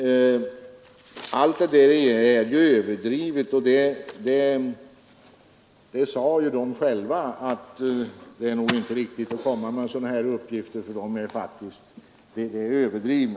Allt det där är ju överdrivet. De sade själva att det nog inte var riktigt att komma med sådana uppgifter, för de var överdrivna.